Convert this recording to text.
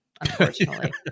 unfortunately